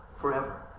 Forever